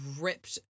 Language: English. ripped